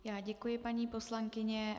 Já děkuji, paní poslankyně.